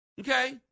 Okay